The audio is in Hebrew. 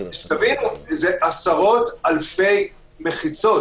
זה עשרות-אלפי מחיצות.